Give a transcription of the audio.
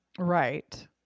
Right